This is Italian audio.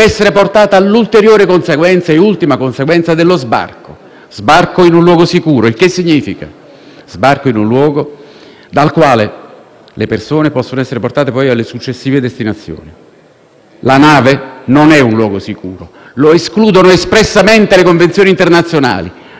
sbarco in un luogo dal quale le persone possono essere portate poi alle successive destinazioni. La nave non è un luogo sicuro: lo escludono espressamente le convenzioni internazionali. Non è vero quello che dice la relazione di maggioranza al riguardo. Semplicemente non è vero.